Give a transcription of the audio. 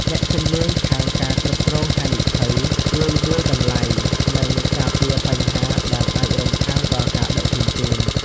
អ្នកជំនាញខាងការគ្រប់គ្រងហានិភ័យ ជួយវាយតម្លៃ និងការពារបញ្ហាដែលអាចរំខានដល់ការដឹកជញ្ជូន។